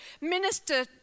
minister